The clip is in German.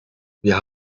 wir